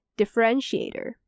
differentiator